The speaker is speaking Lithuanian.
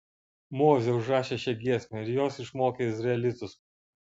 mozė užrašė šią giesmę ir jos išmokė izraelitus